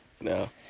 no